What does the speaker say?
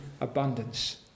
abundance